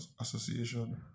association